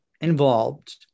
involved